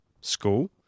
school